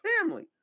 family